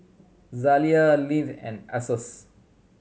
Zalia Lindt and Asos